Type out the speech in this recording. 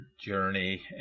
journey